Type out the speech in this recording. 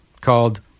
called